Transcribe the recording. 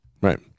Right